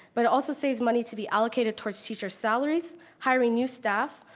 but it also saves money to be allocated towards teacher salaries, hiring new staff,